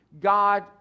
God